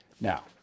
Now